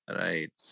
right